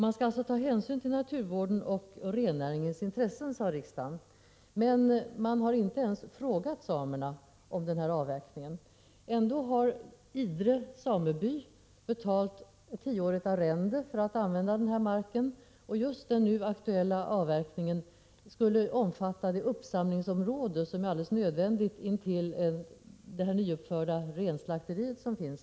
Man skall ta hänsyn till naturvårdens och rennäringens intressen, sade riksdagen. Men man har inte ens frågat samerna om den här avverkningen. Ändå har Idre sameby betalat ett tioårigt arrende för att använda denna mark. Den nu aktuella avverkningen skulle omfatta det uppsamlingsområde som är alldeles nödvändigt intill det nyuppförda renslakteriet.